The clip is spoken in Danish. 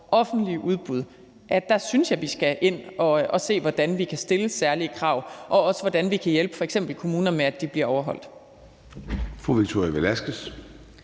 offentlige udbud, skal vi ind at se på, hvordan vi kan stille særlige krav, og også på, hvordan vi kan hjælpe f.eks. kommunerne med, at de bliver overholdt.